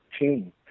team